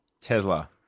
Tesla